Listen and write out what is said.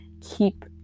Keep